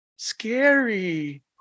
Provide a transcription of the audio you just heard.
scary